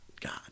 God